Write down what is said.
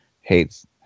hates